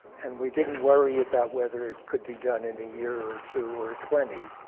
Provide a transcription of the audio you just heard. and we didn't worry about whether it could be done in a year or two or twenty.